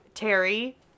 terry